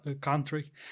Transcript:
country